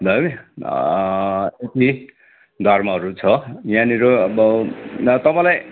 है यति धर्महरू छ यहाँनिर अब दा तपाईँलाई